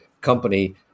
company